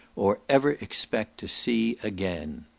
or ever expect to see again.